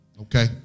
okay